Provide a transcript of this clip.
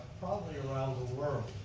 probably around the world,